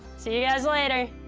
see you guys later.